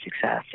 success